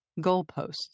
Goalposts